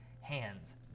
hands